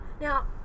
Now